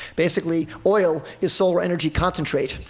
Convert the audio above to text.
basically, oil is solar-energy concentrate.